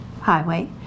highway